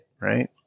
right